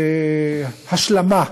בהשלמה,